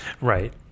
Right